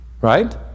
Right